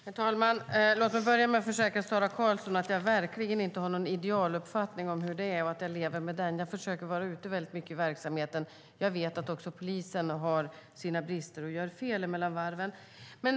Herr talman! Låt mig börja med att försäkra Sara Karlsson att jag verkligen inte har någon idealuppfattning om hur det är och lever med den. Jag försöker vara ute väldigt mycket i verksamheten; jag vet att också polisen har sina brister och gör fel mellan varven.